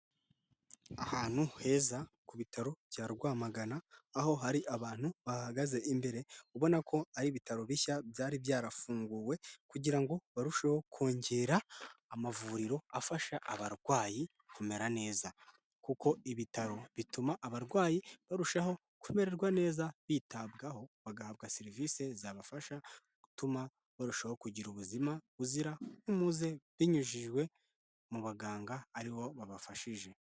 Ahantu heza ku bitaro bya Rwamagana, aho hari abantu bahahagaze imbere, ubona ko ari ibitaro bishya byari byarafunguwe kugira ngo barusheho kongera amavuriro afasha abarwayi kumera neza kuko ibitaro bituma abarwayi barushaho kumererwa neza, bitabwaho, bagahabwa serivisi zabafasha gutuma barushaho kugira ubuzima buzira umuze, binyujijwe mu baganga, ari bo babafashije.